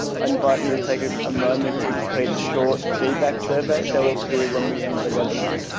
invite you to take a ah moment to complete the short feedback survey that will appear when we end the webinar.